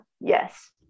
Yes